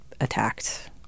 attacked